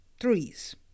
threes